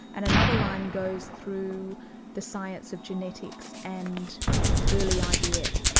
and another line goes through the science of genetics and early ivf.